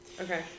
Okay